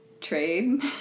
trade